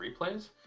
replays